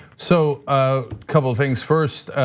so, a couple things first.